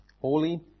holy